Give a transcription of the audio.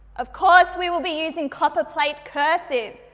of course we will be using copper plate cursive.